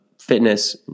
fitness